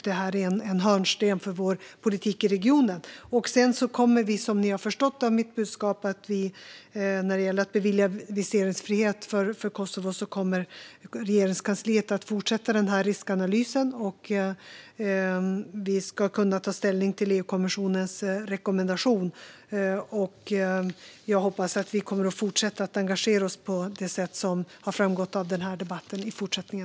Det är en hörnsten för vår politik i regionen. När det gäller att bevilja visumfrihet för Kosovo kommer Regeringskansliet, som ni har förstått av mitt budskap, att fortsätta riskanalysen. Vi ska kunna ta ställning till EU-kommissionens rekommendation. Jag hoppas att vi kommer att fortsätta engagera oss på det sätt som framgått av denna debatt också i fortsättningen.